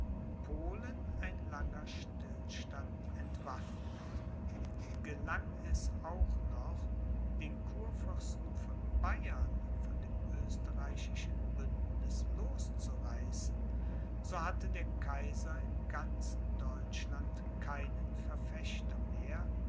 polen ein langer stillstand entwaffnet gelang es auch noch den kurfürsten von bayern von dem österreichischen bündniß loszureißen so hatte der kaiser im ganzen deutschland keinen verfechter mehr